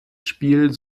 spiel